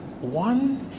one